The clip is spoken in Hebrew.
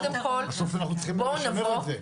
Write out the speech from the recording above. בסוף אנחנו צריכים לשמר את זה.